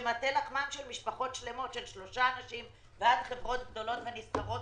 מטה לחמם של משפחות שלמות ועד חברות גדולות ונסחרות,